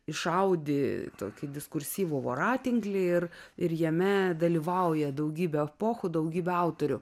išaudė tokį diskursyvų voratinklį ir ir jame dalyvauja daugybė epochų daugybė autorių